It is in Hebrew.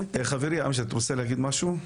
חברי אמג'ד, רוצה להגיד משהו?